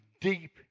deep